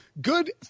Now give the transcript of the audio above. Good